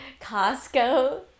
Costco